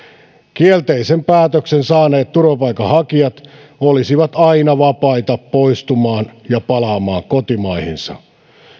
kielteisen päätöksen saaneet turvapaikanhakijat olisivat aina vapaita poistumaan ja palaamaan kotimaihinsa